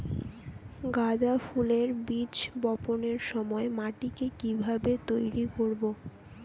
গাদা ফুলের বীজ বপনের সময় মাটিকে কিভাবে তৈরি করব?